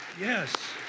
yes